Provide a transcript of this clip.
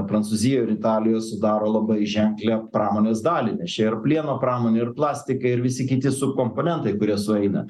prancūzijoj ir italijoj sudaro labai ženklią pramonės dalį nes čia ir plieno pramonė ir plastikai ir visi kiti subkomponentai kurie sueina